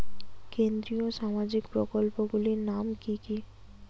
কেন্দ্রীয় সামাজিক প্রকল্পগুলি নাম কি কি?